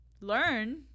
Learn